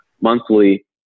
monthly